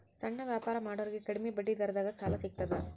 ಸಣ್ಣ ವ್ಯಾಪಾರ ಮಾಡೋರಿಗೆ ಕಡಿಮಿ ಬಡ್ಡಿ ದರದಾಗ್ ಸಾಲಾ ಸಿಗ್ತದಾ?